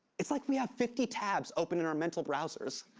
it's like we have fifty tabs open in our mental browsers.